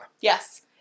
Yes